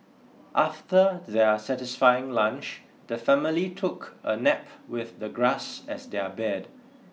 after their satisfying lunch the family took a nap with the grass as their bed